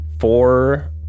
Four